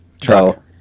Truck